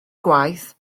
gwaith